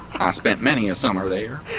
i spent many a summer there